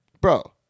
Bro